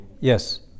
yes